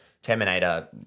Terminator